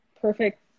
Perfect